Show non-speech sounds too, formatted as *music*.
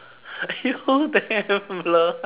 *laughs* you damn blur